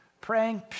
Praying